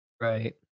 Right